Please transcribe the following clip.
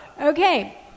Okay